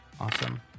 Awesome